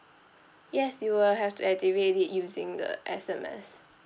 yes you will have to activate it using the S_M_S